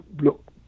look